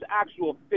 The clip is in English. actual